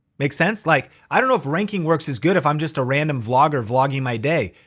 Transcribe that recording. makes sense? like i don't know if ranking works as good if i'm just a random vlogger, vlogging my day.